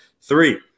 three